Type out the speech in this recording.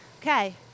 Okay